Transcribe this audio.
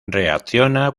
reacciona